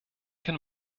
can